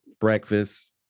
breakfast